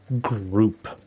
group